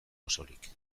osorik